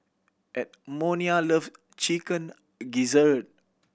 Edmonia loves Chicken Gizzard